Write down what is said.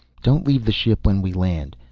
don't leave the ship when we land.